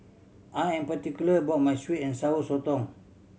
I am particular about my sweet and Sour Sotong